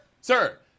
Sir